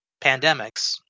pandemics